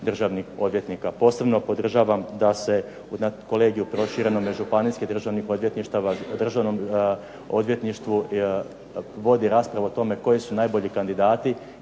državnih odvjetnika. Posebno podržavam da se na kolegiju proširenome županijskih državnih odvjetništava, Državnom odvjetništvu vodi rasprava o tome koji su najbolji kandidati